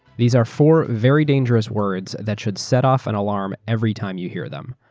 these are four very dangerous words that should set off an alarm every time you hear them.